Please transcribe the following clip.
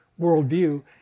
worldview